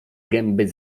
gęby